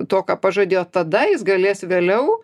to ką pažadėjo tada jis galės vėliau